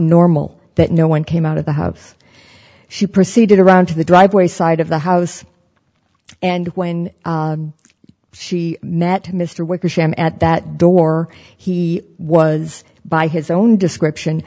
normal that no one came out of the house she proceeded around to the driveway side of the house and when she met mr wickersham at that door he was by his own description